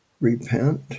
repent